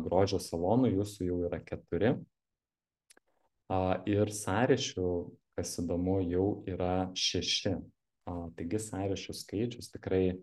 grožio salonui jūsų jau yra keturi a ir sąryšių kas įdomu jau yra šeši a taigi sąrašių skaičius tikrai